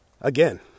again